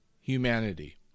humanity